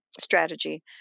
strategy